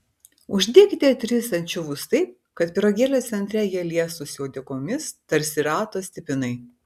uždėkite tris ančiuvius taip kad pyragėlio centre jie liestųsi uodegomis tarsi rato stipinai